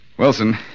Wilson